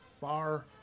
far